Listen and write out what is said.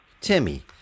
Timmy